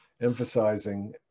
emphasizing